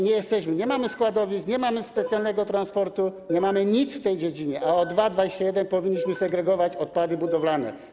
Nie mamy składowisk, nie mamy specjalnego transportu, nie mamy nic w tej dziedzinie, a od 2021 r. powinniśmy segregować odpady budowlane.